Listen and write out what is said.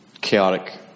Chaotic